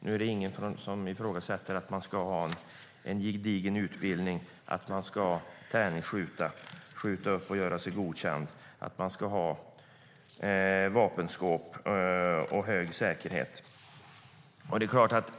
Nu är det ingen som ifrågasätter att man ska ha en gedigen utbildning, att man ska träningsskjuta och bli godkänd och att man ska ha vapenskåp och hög säkerhet.